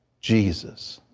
jesus,